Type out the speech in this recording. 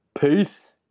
peace